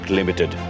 Limited